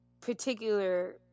particular